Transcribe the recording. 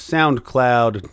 SoundCloud